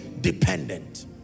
dependent